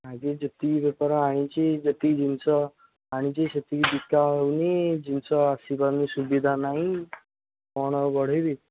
ଆଗେ ଯେତିକି ବେପାର ଆଣିଛି ଯେତିକି ଜିନିଷ ଆଣିଛି ସେତିକି ବିକା ହେଉନି ଜିନିଷ ଆସିପାରୁନି ସୁବିଧା ନାଇଁ କ'ଣ ଆଉ ବଢ଼େଇବି